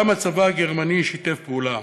גם הצבא הגרמני שיתף פעולה.